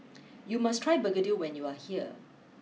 you must try Begedil when you are here